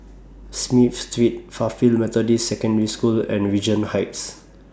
Smith Street Fairfield Methodist Secondary School and Regent Heights